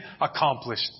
accomplished